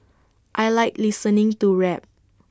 I Like listening to rap